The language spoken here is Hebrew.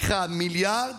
לקחה מיליארד,